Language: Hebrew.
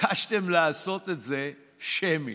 לעשות את זה שמית.